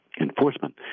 enforcement